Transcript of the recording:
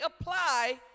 apply